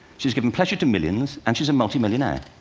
she's given pleasure to millions, and she's a multimillionaire.